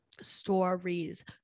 stories